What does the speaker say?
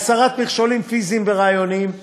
להסרת מכשולים פיזיים ורעיוניים,